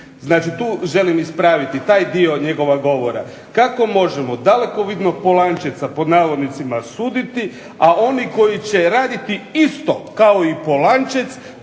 Znači tu želim ispraviti taj dio njegova govora. Kako možemo dalekovidnog Polančeca, pod navodnicima "suditi", a oni koji će raditi isto kao i Polančec